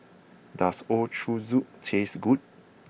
does Ochazuke taste good